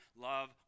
love